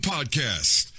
Podcast